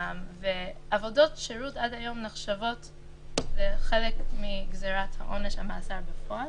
ועבודות שירות עד היום נחשבות לחלק מגזירת עונש המאסר בפועל.